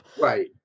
right